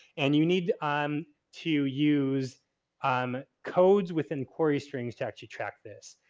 and you need um to use um codes within query strings to actually track this.